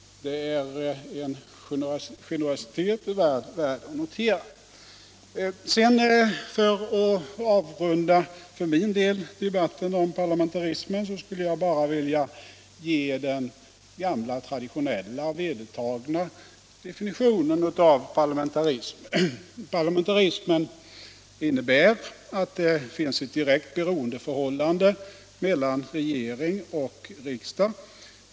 Det är en generositet värd att notera. För att för min del avrunda debatten om parlamentarismen skulle jag bara vilja ge den gamla traditionella och vedertagna definitionen av parlamentarism. Parlamentarismen innebär att det finns ett direkt beroendeförhållande mellan regering och riksdag.